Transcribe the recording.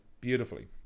beautifully